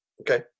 Okay